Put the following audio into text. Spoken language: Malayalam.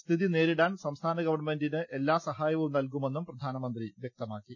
സ്ഥിതി നേരിടാൻ സംസ്ഥാനഗവൺമെന്റിന് എല്ലാ സഹാ യവും നൽകുമെന്നും പ്രധാനമന്ത്രി വ്യക്തമാക്കി